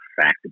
fact